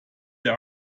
der